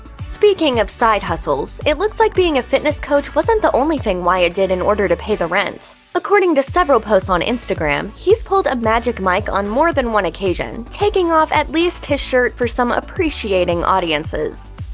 speaking of side hustles, it looks like being a fitness coach wasn't the only thing wyatt did in order to pay the rent. according to several posts on instagram, he's pulled a magic mike on more than one occasion, taking off at least his shirt for some appreciating audiences.